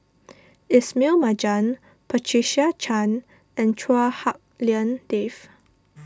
Ismail Marjan Patricia Chan and Chua Hak Lien Dave